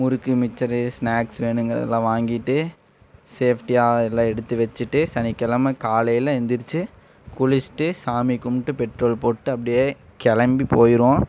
முறுக்கு mixture snacks வேணுங்கிறதெல்லாம் வாங்கிட்டு சேஃப்டியாக எல்லாம் எடுத்து வச்சுட்டு சனிக்கிழமை காலையில் எந்திரிச்சு குளிச்சிட்டு சாமி கும்பிட்டு பெட்ரோல் போட்டு அப்படியே கிளம்பி போயிடுவோம்